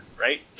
right